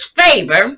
favor